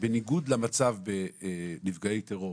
בניגוד למצב בנפגעי טרור